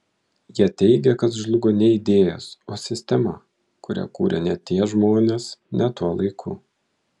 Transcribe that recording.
jie teigia kad žlugo ne idėjos o sistema kurią kūrė ne tie žmonės ne tuo laiku